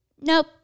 Nope